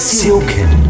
silken